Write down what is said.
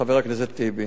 חבר הכנסת טיבי,